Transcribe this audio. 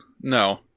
no